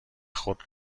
خود